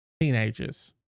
Teenagers